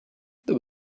there